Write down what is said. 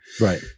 right